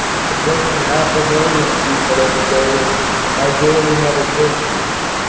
it's approaching half a million people every day, is my daily meditations,